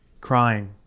crying